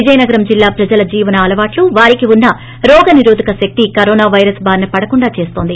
విజయనగరం జిల్లా ప్రజల జీవన అలవాట్లు వారికి వున్న రోగ నిరోధక శక్తి కరోన పైరస్ బారిన పడకుండా చేస్తోంది